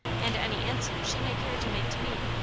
and any answer she may care to make to me,